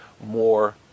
more